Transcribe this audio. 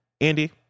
Andy